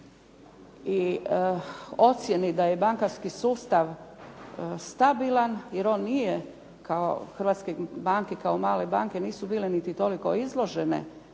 i ocjeni da je bankarski sustav stabilan, jer on nije kao hrvatske banke kao male banke nisu bile niti toliko izložene